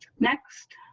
next,